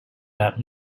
that